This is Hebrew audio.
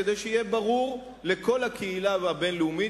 כדי שיהיה ברור לכל הקהילה הבין-לאומית